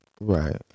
Right